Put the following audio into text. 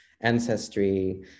ancestry